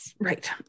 Right